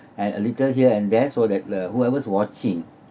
and a little here and there so that the whoever's watching